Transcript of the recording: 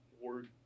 word